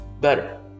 better